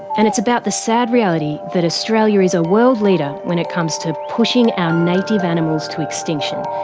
and it's about the sad reality that australia is a world leader when it comes to pushing our native animals to extinction.